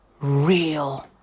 Real